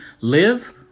live